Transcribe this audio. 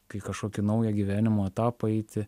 kai kažkokį naują gyvenimo etapą eiti